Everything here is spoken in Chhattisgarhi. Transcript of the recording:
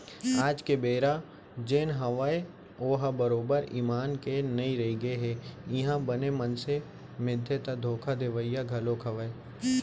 आज के बेरा जेन हवय ओहा बरोबर ईमान के नइ रहिगे हे इहाँ बने मनसे मिलथे ता धोखा देवइया घलोक हवय